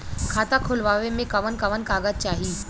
खाता खोलवावे में कवन कवन कागज चाही?